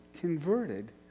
converted